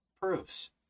proves